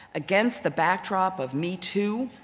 against the backdrop of me too,